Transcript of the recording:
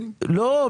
לא,